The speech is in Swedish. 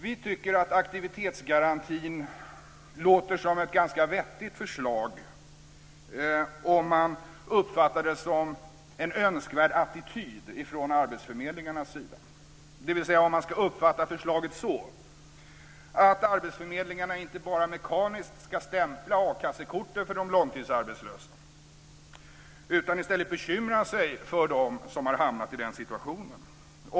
Vi tycker att aktivitetsgarantin låter som ett ganska vettigt förslag, om man uppfattar det som en önskvärd attityd från arbetsförmedlingarnas sida, dvs. om man ska uppfatta förslaget så att arbetsförmedlingarna inte bara mekaniskt ska stämpla a-kassekorten för de långtidsarbetslösa, utan i stället bekymra sig för dem som har hamnat i den situationen.